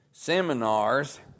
seminars